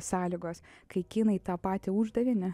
sąlygos kai kinai tą patį uždavinį